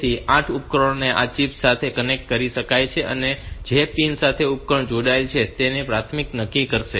તેથી 8 ઉપકરણોને આ ચિપ સાથે કનેક્ટ કરી શકાય છે અને જે પિન સાથે ઉપકરણ જોડાયેલ છે તે તેની પ્રાથમિકતા નક્કી કરશે